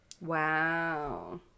Wow